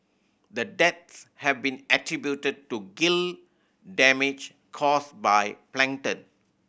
the deaths have been attributed to gill damage caused by plankton